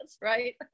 right